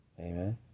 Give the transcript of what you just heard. Amen